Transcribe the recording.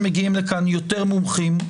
מאוד דרמטי וככל שמגיעים לכאן יותר מומחים,